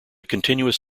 continuous